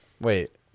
Wait